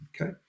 okay